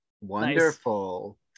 wonderful